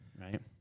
right